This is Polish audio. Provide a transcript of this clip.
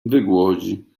wygłodzi